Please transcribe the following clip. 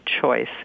choice